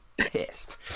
pissed